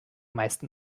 meisten